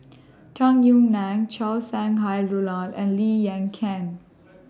Tung Yue Nang Chow Sau Hai Roland and Lee Yan Ken